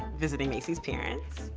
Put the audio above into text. visiting macy's parents.